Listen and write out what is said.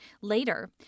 Later